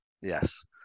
Yes